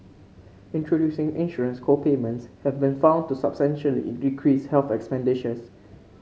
introducing insurance co payments have been found to substantially decrease health expenditures